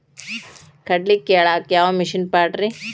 ಕಡ್ಲಿ ಕೇಳಾಕ ಯಾವ ಮಿಷನ್ ಪಾಡ್ರಿ?